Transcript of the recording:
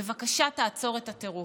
בבקשה תעצור את הטירוף,